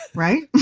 right?